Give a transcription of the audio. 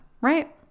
right